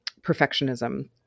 perfectionism